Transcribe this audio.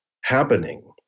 happening